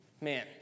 man